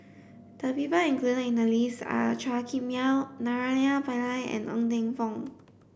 the people included in the list are Chua Kim Yeow Naraina Pillai and Ng Teng Fong